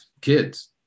kids